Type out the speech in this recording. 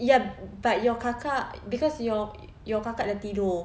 ya but your kakak cause your your kakak dah tidur